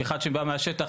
כאחד שבא מהשטח,